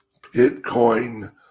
Bitcoin